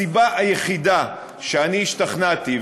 הסיבה היחידה שאני השתכנעתי,